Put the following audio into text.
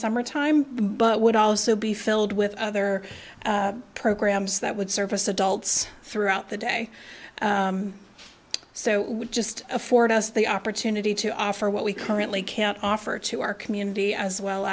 summertime but would also be filled with other programs that would service adults throughout the day so we just afford us the opportunity to offer what we currently can offer to our community as well